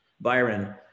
byron